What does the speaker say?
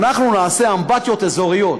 אנחנו נעשה אמבטיות אזוריות.